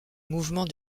mouvement